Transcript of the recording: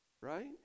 Right